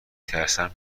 ترسیدم